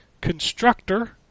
Constructor